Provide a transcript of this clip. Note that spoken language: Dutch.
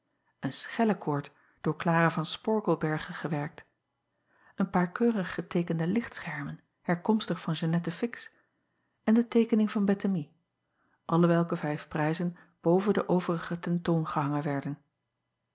een schellekoord door lara van porkelberghe gewerkt een paar keurig geteekende lichtschermen herkomstig van eannette ix en de teekening van ettemie alle welke vijf prijzen boven de overige ten toon gehangen werden